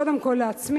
קודם כול לעצמי,